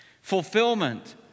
fulfillment